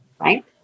right